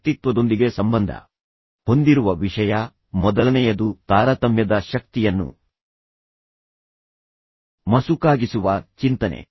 ವ್ಯಕ್ತಿತ್ವದೊಂದಿಗೆ ಸಂಬಂಧ ಹೊಂದಿರುವ ವಿಷಯ ಮೊದಲನೆಯದು ತಾರತಮ್ಯದ ಶಕ್ತಿಯನ್ನು ಮಸುಕಾಗಿಸುವ ಚಿಂತನೆ